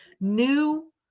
new